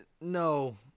No